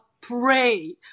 pray